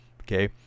okay